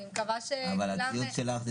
אני מקווה שכולם --- אבל הציוץ שלך זה